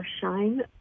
shine